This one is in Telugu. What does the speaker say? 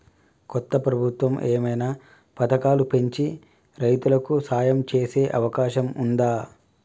కొత్త ప్రభుత్వం ఏమైనా పథకాలు పెంచి రైతులకు సాయం చేసే అవకాశం ఉందా?